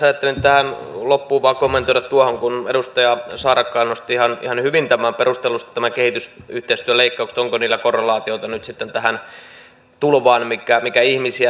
ajattelin tähän loppuun vain kommentoida tuohon kun edustaja saarakkala nosti ihan hyvin perustellusti nämä kehitysyhteistyön leikkaukset onko niillä korrelaatiota nyt tähän tulvaan mikä ihmisiä lähtee